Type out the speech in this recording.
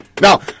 Now